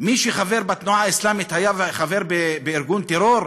מי שחבר בתנועה האסלאמית היה חבר בארגון טרור,